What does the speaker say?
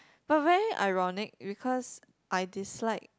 but very ironic because I dislike